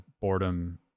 boredom